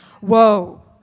Whoa